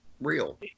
real